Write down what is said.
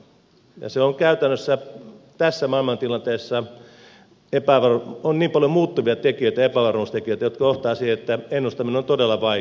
käytännössä tässä maailmantilanteessa on niin paljon muuttuvia tekijöitä ja epävarmuustekijöitä jotka johtavat siihen että ennustaminen on todella vaikeata